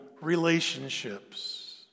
relationships